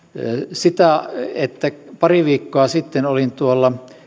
sitä että pari viikkoa sitten olin